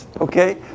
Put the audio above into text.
okay